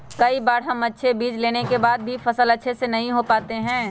कई बार हम अच्छे बीज लेने के बाद भी फसल अच्छे से नहीं हो पाते हैं?